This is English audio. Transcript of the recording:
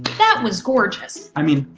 that was gorgeous. i mean,